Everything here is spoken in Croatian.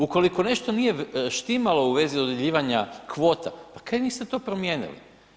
Ukoliko nešto nije štimalo u vezi dodjeljivanja kvota, pa kaj niste to promijenili?